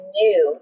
new